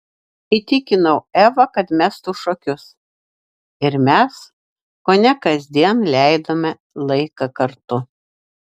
įtikinau evą kad mestų šokius ir mes kone kasdien leidome laiką kartu